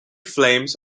flames